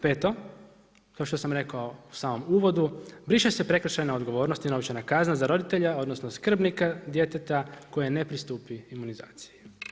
Peto, kao što sam rekao u samom uvodu, briše se prekršajna odgovornost i novčana kazna za roditelja, odnosno, skrbnika djeteta koja ne pristupi imunizaciji.